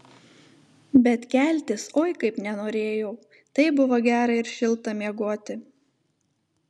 bet keltis oi kaip nenorėjau taip buvo gera ir šilta miegoti